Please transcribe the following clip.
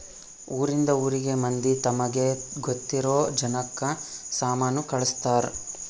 ಊರಿಂದ ಊರಿಗೆ ಮಂದಿ ತಮಗೆ ಗೊತ್ತಿರೊ ಜನಕ್ಕ ಸಾಮನ ಕಳ್ಸ್ತರ್